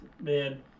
man